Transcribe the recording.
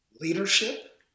Leadership